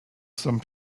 some